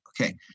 okay